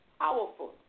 powerful